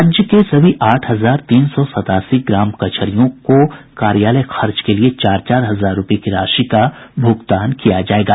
राज्य के सभी आठ हजार तीन सौ सतासी ग्राम कचहरियों को कार्यालय खर्च के लिए चार चार हजार रूपये की राशि का भुगतान किया जायेगा